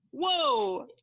whoa